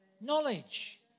knowledge